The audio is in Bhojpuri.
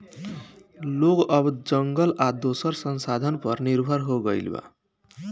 लोग अब जंगल आ दोसर संसाधन पर निर्भर हो गईल बा